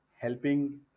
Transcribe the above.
helping